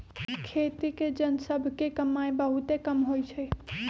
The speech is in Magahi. खेती के जन सभ के कमाइ बहुते कम होइ छइ